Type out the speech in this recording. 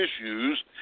issues